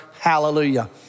Hallelujah